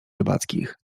rybackich